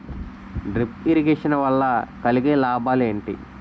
Drip irrigation వల్ల కలిగే లాభాలు ఏంటి?